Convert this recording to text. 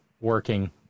working